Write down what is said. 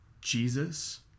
Jesus